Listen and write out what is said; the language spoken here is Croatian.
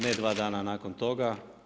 Ne dva dana nakon toga.